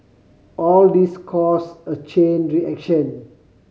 all these cause a chain reaction